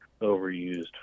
overused